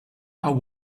are